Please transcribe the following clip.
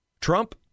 Trump